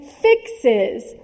fixes